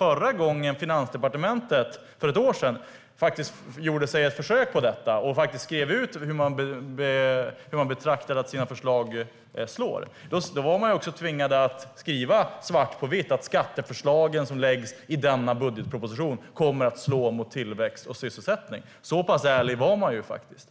När Finansdepartementet för ett år sedan gjorde ett försök till detta och skrev hur man betraktade att förslagen skulle slå var man tvungen att svart på vitt skriva att skatteförslagen som lades fram i budgetpropositionen kommer att slå mot tillväxt och sysselsättning. Så pass ärlig var man faktiskt.